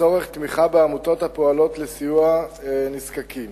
לצורך תמיכה בעמותות הפועלות לסיוע לנזקקים.